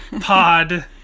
pod